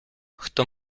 хто